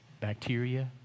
bacteria